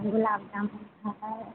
गुलाब जामुन है